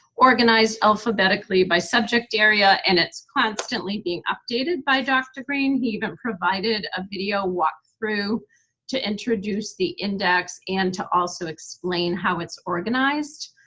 organized alphabetically by subject area and it's constantly being updated by dr. green. he even provided a video walkthrough to introduce the index and to also explain how its organized.